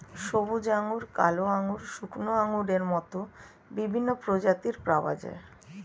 সবুজ আঙ্গুর, কালো আঙ্গুর, শুকনো আঙ্গুরের মত বিভিন্ন প্রজাতির পাওয়া যায়